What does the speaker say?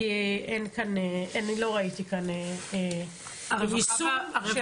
כי אני לא ראיתי כאן יישום של ההמלצות.